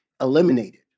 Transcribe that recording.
eliminated